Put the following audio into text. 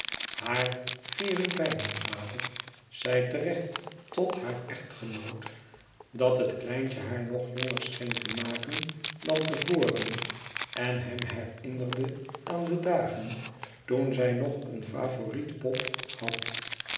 haar cherubijnenvader zeide te recht tot haar echtgenoot dat het kleintje haar nog jonger scheen te maken dan te voren en hem herinnerde aan de dagen toen zij nog eene favoriet pop had